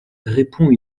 répond